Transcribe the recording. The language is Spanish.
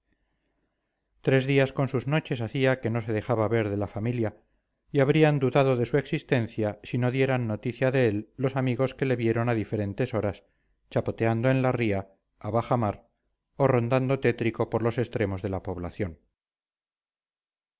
tres días con sus noches hacía que no se dejaba ver de la familia y habrían dudado de su existencia si no dieran noticia de él los amigos que le vieron a diferentes horas chapoteando en la ría a bajamar o rondando tétrico por los extremos de la población